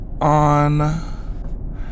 on